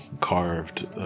carved